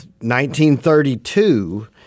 1932